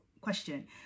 question